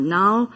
now